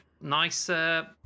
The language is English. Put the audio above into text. nicer